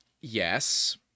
yes